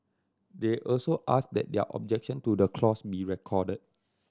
they also asked that their objection to the clause be recorded